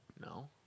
No